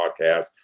podcast